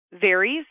varies